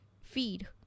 feed